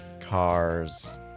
cars